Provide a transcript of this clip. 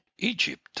egypt